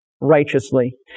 righteously